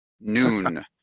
noon